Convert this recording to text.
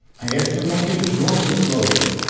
i asked him, okay, draw me the flows.